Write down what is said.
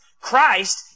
Christ